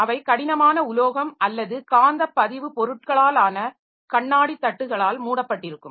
அவை கடினமான உலோகம் அல்லது காந்த பதிவு பொருட்களாலான கண்ணாடி தட்டுகளால் மூடப்பட்டிருக்கும்